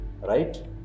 right